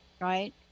Right